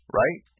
right